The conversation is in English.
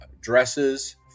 dresses